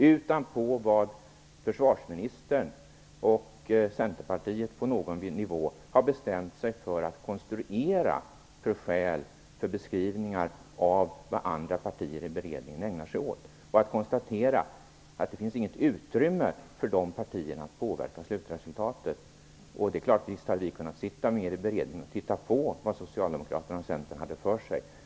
Orsaken är i stället att försvarsministern och Centerpartiet på någon nivå har bestämt sig för att konstruera skäl för och beskrivningar av vad andra partier i beredningen ägnar sig åt. Det finns inget utrymme för de partierna att påverka slutresultatet. Det är klart att vi skulle ha kunnat sitta med i beredningen och titta på vad Socialdemokraterna och Centern hade för sig.